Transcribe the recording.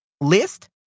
list